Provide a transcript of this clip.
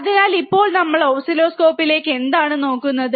അതിനാൽ ഇപ്പോൾ നമ്മൾ ഓസിലോസ്കോപ്പിലേക്ക് എന്താണ് നോക്കുന്നത്